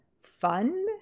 fun